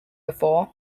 before